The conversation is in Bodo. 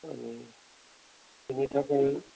माने बिनि थाखाय